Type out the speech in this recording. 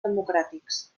democràtics